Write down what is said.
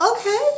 Okay